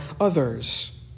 others